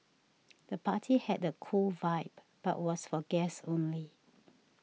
the party had a cool vibe but was for guests only